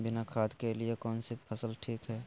बिना खाद के लिए कौन सी फसल ठीक है?